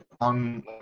on